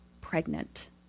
pregnant